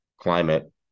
climate